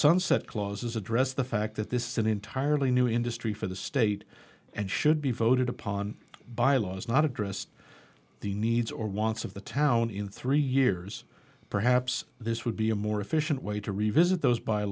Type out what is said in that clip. sunset clauses address the fact that this is an entirely new industry for the state and should be voted upon by laws not addressed the needs or wants of the town in three years perhaps this would be a more efficient way to revisit those